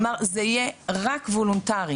אמר זה יהיה רק וולנטרי,